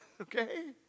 Okay